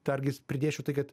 dar gis pridėčiau tai kad